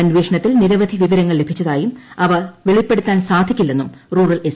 അന്വേഷണത്തിൽ നിരവധി വിവരങ്ങൾ ലഭിച്ചതായും അവ വെളിപ്പെടുത്താൻ സാധിക്കില്ലെന്നും റൂറൽ എസ്